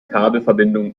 kabelverbindungen